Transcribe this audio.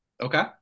Okay